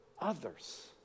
others